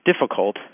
difficult